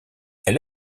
elle